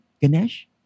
Ganesh